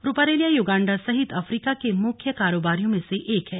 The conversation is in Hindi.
रूपारेलिया युगांडा सहित अफ्रीका के मुख्य कारोबारियों में से एक है